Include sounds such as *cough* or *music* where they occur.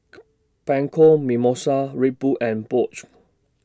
*noise* Bianco Mimosa Red Bull and Bosch